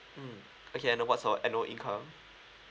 mm okay and uh what's your annual income